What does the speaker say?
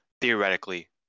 theoretically